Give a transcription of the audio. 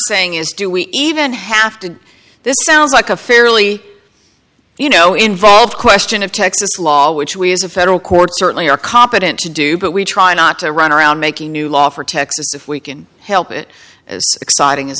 saying is do we even have to this sounds like a fairly you know involved question of texas law which we as a federal court certainly are competent to do but we try not to run around making new law for texas if we can help it as exciting as